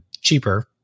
cheaper